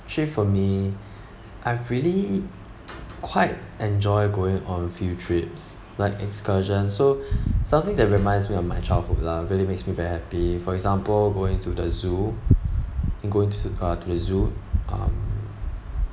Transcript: actually for me I really quite enjoy going on a few trips like excursion so something that reminds on my childhood lah really makes me very happy for example going to the zoo going to uh to the zoo um